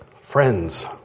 friends